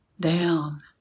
Down